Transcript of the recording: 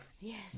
Yes